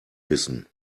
wissen